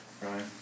Right